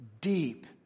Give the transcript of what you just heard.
deep